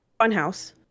Funhouse